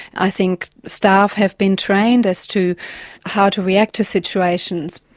i think staff have been trained as to how to react to situations.